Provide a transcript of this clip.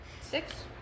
Six